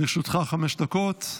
לרשותך חמש דקות.